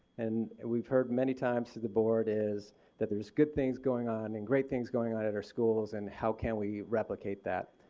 and and we've heard many times from the board is that there's good things going on, and great things going on at our schools and how can we replicate that?